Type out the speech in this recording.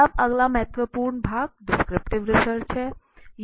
अब अगला महत्वपूर्ण भाग डिस्क्रिप्टिव रिसर्च है